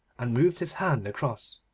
and moved his hand across,